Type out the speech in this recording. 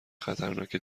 خطرناک